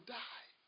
die